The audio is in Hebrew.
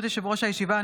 ברשות יושב-ראש הישיבה,